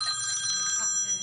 זה דיון